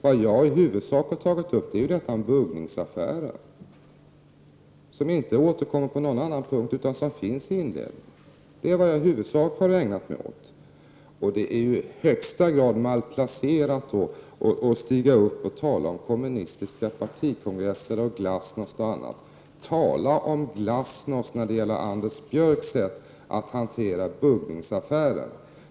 Vad jag i huvudsak har tagit upp är buggningsaffären, som inte återkommer på någon annan punkt utan som finns i inledningen. Och det är ju i högsta grad malplacerat att stiga upp och tala om kommunistiska partikongresser, glasnost och annat. Tala om glasnost när det gäller Anders Björcks sätt att hantera buggningsaffären!